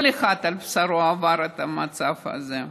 כל אחד עבר על בשרו את המצב הזה.